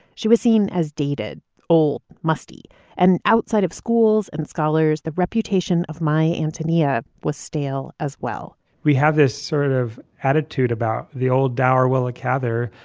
she was seen as dated old, musty and outside of schools and scholars. the reputation of my antonia was stale as well we have this sort of attitude about the old dower willa cather,